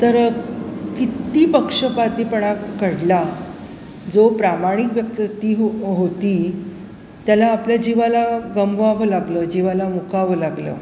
तर तर कित्ती पक्षपातीपणा कडला जो प्रामाणिक व्यक्ती हो होती त्याला आपल्या जीवाला गंबवावं लागलं जीवाला मुकावं लागलं